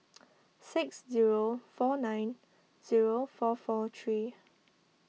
six zero four nine zero four four three